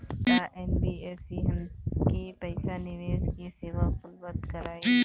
का एन.बी.एफ.सी हमके पईसा निवेश के सेवा उपलब्ध कराई?